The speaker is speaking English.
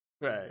Right